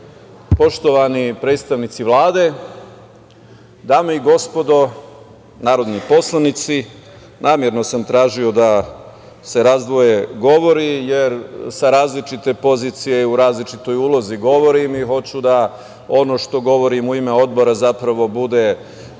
poštovani predstavnici Vlade, dame i gospodo narodni poslanici, namerno sam tražio da se razdvoje govori, jer sa različite pozicije i u različitoj ulozi govorim i hoću da ono što govorim u ime odbora zapravo bude,